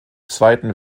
zweiten